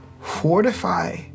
Fortify